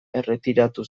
erretiratu